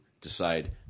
decide